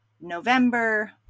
November